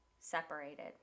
separated